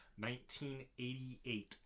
1988